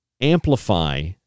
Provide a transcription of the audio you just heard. amplify